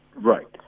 Right